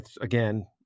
again